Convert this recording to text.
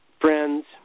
friends